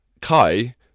Kai